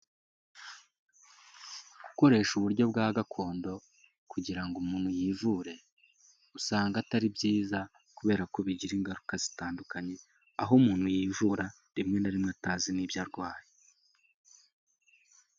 Gukoresha uburyo bwa gakondo kugira ngo umuntu yivure usanga atari byiza kubera ko bigira ingaruka zitandukanye, aho umuntu yivura rimwe na rimwe atazi n'ibyo arwaye.